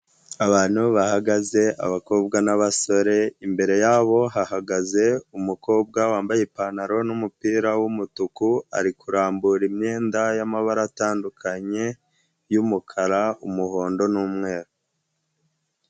Abantu bahagaze abakobwa n'abasore imbere yabo bahagaze umukobwa wambaye ipantaro n'umupira w'umutuku ari kurambura imyenda y'amabara atandukanye y'umukara, umuhondo n'umweru.